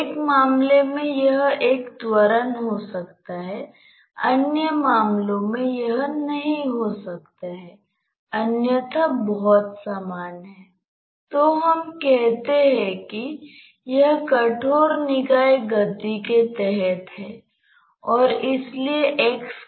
इसलिए जब आप एक सकल समग्र द्रव्यमान संतुलन लिखते हैं तो हमें यह ध्यान रखना होगा कि iAiūieAeūe